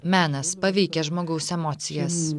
menas paveikia žmogaus emocijas